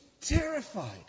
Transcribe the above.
terrified